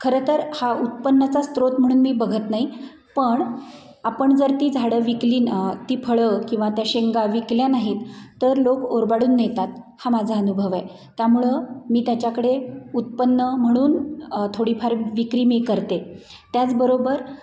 खरं तर हा उत्पन्नाचा स्त्रोत म्हणून मी बघत नाही पण आपण जर ती झाडं विकली ती फळं किंवा त्या शेंगा विकल्या नाहीत तर लोक ओरबाडून नेतात हा माझा अनुभव आहे त्यामुळं मी त्याच्याकडे उत्पन्न म्हणून थोडीफार विक्री मी करते त्याचबरोबर